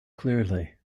clearly